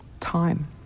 time